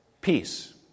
peace